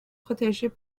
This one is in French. protégées